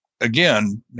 again